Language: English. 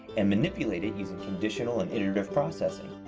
and manipulate it using conditional and iterative processing.